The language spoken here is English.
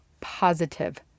positive